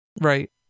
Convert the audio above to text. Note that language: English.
Right